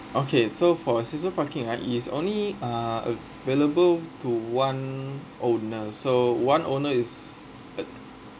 okay so for season parking right is only uh available to one owner so one owner is uh